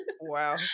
Wow